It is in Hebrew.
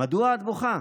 מדוע את בוכה?